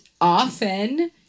often